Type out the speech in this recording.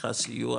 צריכה סיוע